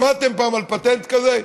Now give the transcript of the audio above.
שמעתם פעם על פטנט כזה?